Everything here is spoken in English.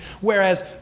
Whereas